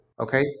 okay